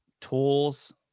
tools